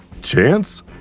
chance